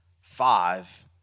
five